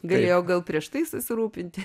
galėjo gal prieš tai susirūpinti